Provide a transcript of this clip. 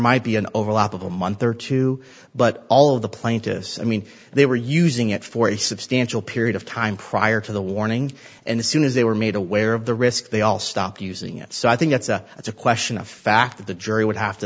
might be an overlap of a month or two but all of the plaintiffs i mean they were using it for a substantial period of time prior to the warning and soon as they were made aware of the risk they all stopped using it so i think it's a it's a question of fact that the jury would have to